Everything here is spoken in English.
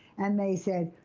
and they said,